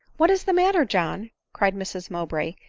what is the matter, john? cried mrs mowbray,